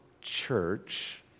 church